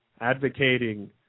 advocating